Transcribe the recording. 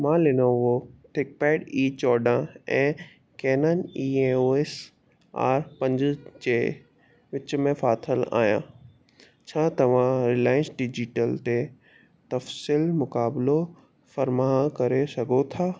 मां Lenovo ThinkPad ई चोॾहां ऐं कैनन ईओएस आर पंज जे विच में फाथलु आहियां छा तव्हां रिलायंस डिजिटल ते तफ़सील मुक़ाबिलो फ़रमाह करे सघो था